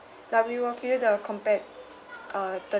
like we will feel the compet~ uh ti~